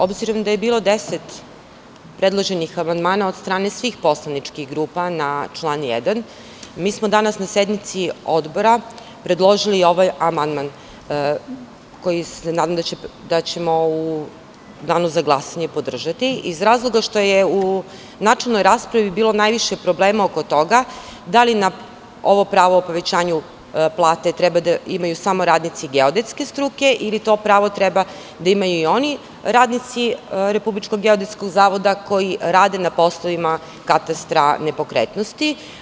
Obzirom da je bilo deset predloženih amandmana od strane svih poslaničkih grupa na član 1, mi smo danas na sednici Odbora predložili ovaj amandman, koji se nadam da ćemo u danu za glasanje podržati, iz razloga što je u načelnoj raspravi bilo najviše problema oko toga, da li ovo pravo o povećanju plate treba da imaju samo radnici geodetske struke, ili to pravo treba da imaju i oni radnici Republičkog geodetskog zavoda koji rade na poslovima katastra nepokretnosti.